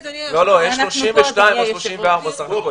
יש 32 או 34 סך הכול.